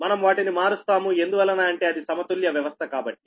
మనం వాటిని మారుస్తాము ఎందువలన అంటే అది సమతుల్య వ్యవస్థ కాబట్టి